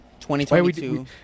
2022